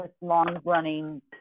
long-running